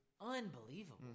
Unbelievable